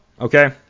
Okay